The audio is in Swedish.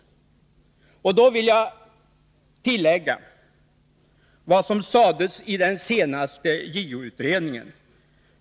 Då vill jag tillägga vad som sades i den senaste JO-utredningen.